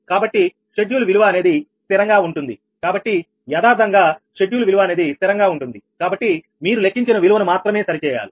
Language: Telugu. కాబట్టి షెడ్యూల్ విలువ అనేది స్థిరంగా ఉంటుంది కాబట్టి యదార్ధంగా షెడ్యూల్ విలువ అనేది స్థిరంగా ఉంటుంది కాబట్టి మీరు లెక్కించిన విలువను మాత్రమే సరిచేయాలి